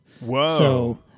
Whoa